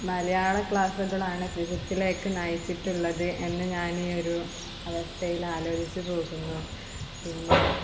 മലയാള ക്ലാസുകളാണ് ഫിസിക്സിലേക്ക് നയിച്ചിട്ടുള്ളത് എന്ന് ഞാന് ഈ ഒരു അവസ്ഥയിൽ ആലോചിച്ചു പോകുന്നു പിന്നെ